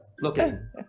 looking